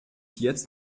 jetzt